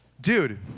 dude